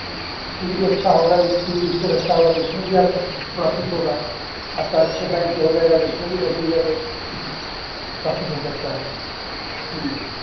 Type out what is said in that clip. सीबील अच्छा होगा तो सिविल स्कोर अच्छा हुआ तो उसमें भी आपको प्रॉफ़िट होगा आपका अच्छे बैंक से हो जाएगा तो उसमें भी दस बीस हज़ार का प्रॉफ़िट हो सकता है